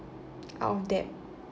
out of debt